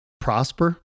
prosper